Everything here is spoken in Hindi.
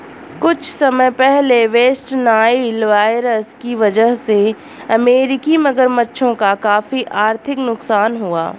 कुछ समय पहले वेस्ट नाइल वायरस की वजह से अमेरिकी मगरमच्छों का काफी आर्थिक नुकसान हुआ